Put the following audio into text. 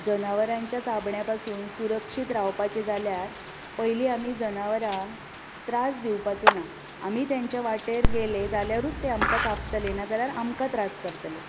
जनावरांच्या चाबण्या पासून सुरक्षीत रावपाचें जाल्यार पयलीं आमी जनावरां त्रास दिवपाचो ना आमी तांच्या वाटेर गेले जाल्यारूच ते आमकां चाबतले नाजाल्यार आमकां त्रास करतले